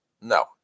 No